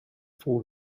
full